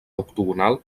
octogonal